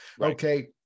Okay